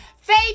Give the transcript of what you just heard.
Faith